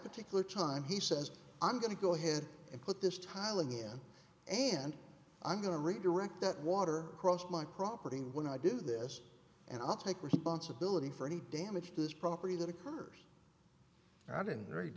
particular time he says i'm going to go ahead and put this tile again and i'm going to redirect that water across my property when i do this and i'll take responsibility for any damage to this property that occurred i hadn't hea